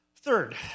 Third